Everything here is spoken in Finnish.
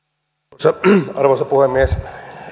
arvoisa puhemies